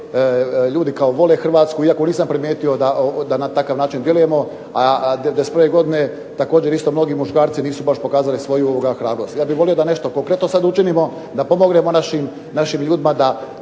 Ljudi kao vole Hrvatsku, iako nisam primijetio da na takav način djelujemo. A '91. godine također isto mnogi muškarci nisu baš pokazali svoju hrabrost. Ja bih volio da nešto konkretno sad učinimo, da pomognemo našim ljudima, da